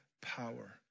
power